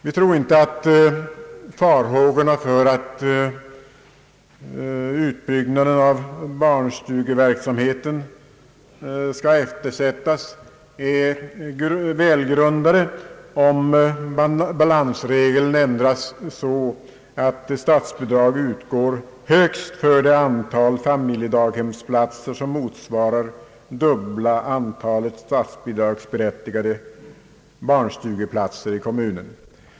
Vi tror inte att farhågorna är väl grundade för att utbyggnaden av barnstugeverksamheten skall eftersättas om balansregeln ändras så, att statsbidrag utgår högst för det antal familjedaghemsplatser som motsvarar dubbla antalet statsbidragsberättigade barnstugeplatser i kommunen.